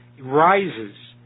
rises